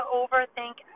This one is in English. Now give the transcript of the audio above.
overthink